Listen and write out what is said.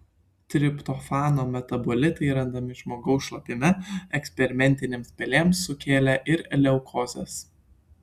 triptofano metabolitai randami žmogaus šlapime eksperimentinėms pelėms sukėlė ir leukozes